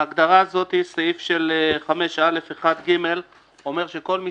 ההגדרה הזאת של סעיף 5(א)(2)(ג) אומרת שכל מי